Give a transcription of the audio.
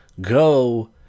Go